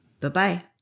Bye-bye